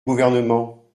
gouvernement